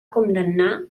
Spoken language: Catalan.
condemnar